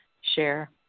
share